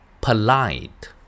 Polite